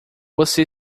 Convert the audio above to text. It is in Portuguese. você